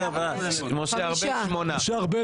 תשעה.